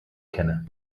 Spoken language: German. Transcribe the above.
kenne